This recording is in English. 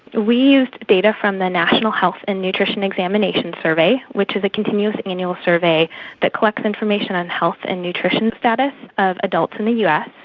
we used data from the national health and nutrition examination survey, which is a continuous annual survey that collects information on health and nutrition status of adults in the us,